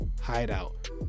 Hideout